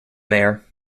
mare